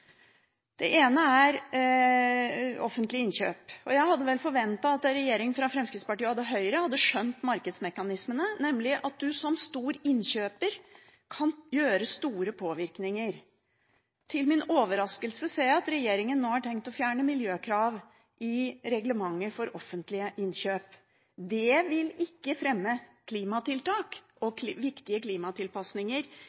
Det ene er offentlige innkjøp. Jeg hadde vel forventet at en regjering fra Fremskrittspartiet og Høyre hadde skjønt markedsmekanismene, nemlig at du som stor innkjøper kan gjøre store påvirkninger. Til min overraskelse ser jeg at regjeringen nå har tenkt å fjerne miljøkrav i reglementet for offentlige innkjøp. Det vil ikke fremme klimatiltak